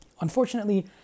Unfortunately